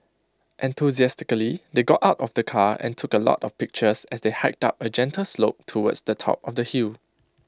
enthusiastically they got out of the car and took A lot of pictures as they hiked up A gentle slope towards the top of the hill